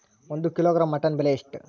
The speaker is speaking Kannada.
ಒಂದು ಕಿಲೋಗ್ರಾಂ ಮಟನ್ ಬೆಲೆ ಎಷ್ಟ್?